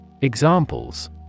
Examples